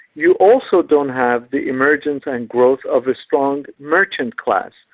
you also don't have the emergence and growth of a strong merchant class.